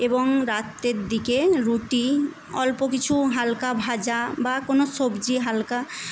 এবং রাত্রের দিকে রুটি অল্প কিছু হালকা ভাজা বা কোনো সবজি হালকা